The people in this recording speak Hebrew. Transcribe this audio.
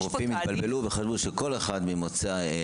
שרופאים התבלבלו וחשבו שכל אחד ממוצא אתיופי